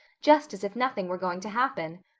just as if nothing were going to happen.